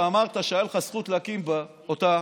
שאמרת שהייתה לך הזכות להקים אותה,